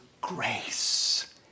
grace